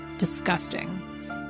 disgusting